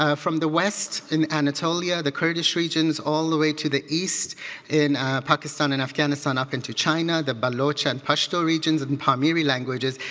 ah from the west in anatolia, the kurdish regions, all the way to the east in pakistan and afghanistan up into china, the balotia and pustia regions and and the pameri languages.